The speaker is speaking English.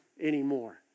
anymore